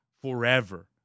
forever